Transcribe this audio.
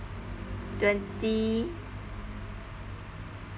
twenty